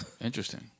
Interesting